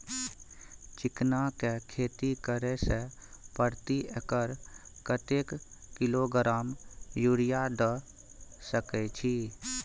चिकना के खेती करे से प्रति एकर कतेक किलोग्राम यूरिया द सके छी?